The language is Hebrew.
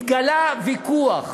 התגלע ויכוח